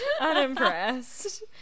Unimpressed